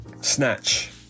Snatch